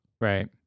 right